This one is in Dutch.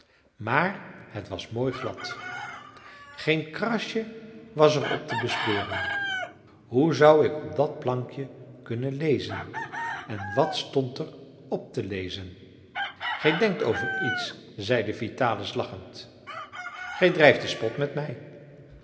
maar het was mooi glad geen krasje was er op te bespeuren hoe zou ik op dat plankje kunnen lezen en wat stond er op te lezen gij denkt over iets zeide vitalis lachend gij drijft den spot met mij